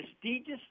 prestigious